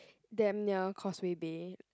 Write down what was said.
damn near Causeway Bay